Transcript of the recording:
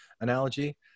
analogy